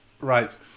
Right